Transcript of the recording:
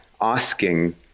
asking